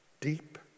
deep